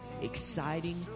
exciting